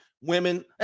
women